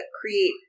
create